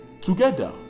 Together